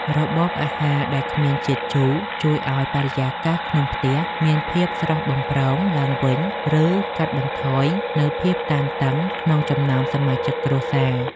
របបអាហារដែលគ្មានជាតិជូរជួយឱ្យបរិយាកាសក្នុងផ្ទះមានភាពស្រស់បំព្រងឡើងវិញ ឬ កាត់បន្ថយនូវភាពតានតឹងក្នុងចំណោមសមាជិកគ្រួសារ។